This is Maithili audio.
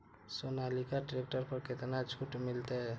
सोनालिका ट्रैक्टर पर केतना छूट मिलते?